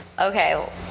Okay